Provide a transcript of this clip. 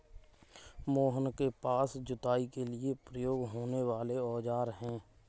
मोहन के पास जुताई के लिए प्रयोग होने वाले औज़ार है